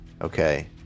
okay